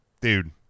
dude